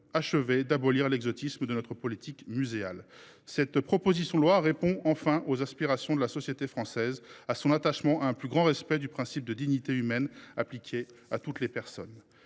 achever d’abolir l’exotisme de notre politique muséale. Enfin, cette proposition de loi répond aux aspirations de la société française, à son attachement à un plus grand respect du principe de dignité humaine, appliqué à toutes les personnes.